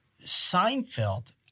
Seinfeld